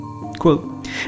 Quote